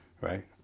right